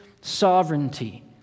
sovereignty